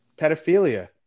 pedophilia